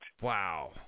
wow